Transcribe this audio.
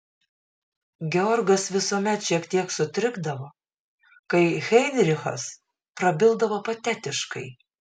georgas visuomet šiek tiek sutrikdavo kai heinrichas prabildavo patetiškai